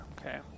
Okay